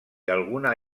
alguna